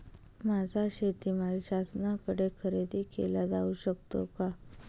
माझा शेतीमाल शासनाकडे खरेदी केला जाऊ शकतो का?